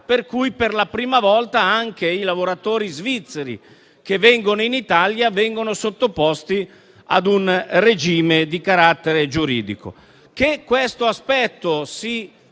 per cui per la prima volta anche i lavoratori svizzeri che vengono in Italia vengono sottoposti ad uno specifico regime giuridico.